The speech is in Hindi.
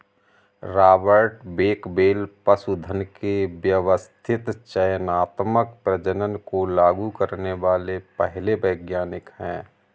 रॉबर्ट बेकवेल पशुधन के व्यवस्थित चयनात्मक प्रजनन को लागू करने वाले पहले वैज्ञानिक है